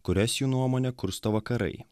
kurias jų nuomone kursto vakarai